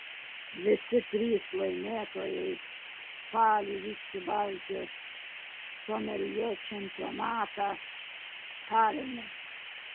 visi trys laimėtojai spalį vyks į baltijos someljė čempionatą taline